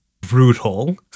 brutal